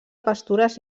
pastures